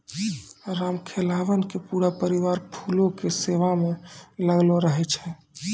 रामखेलावन के पूरा परिवार फूलो के सेवा म लागलो रहै छै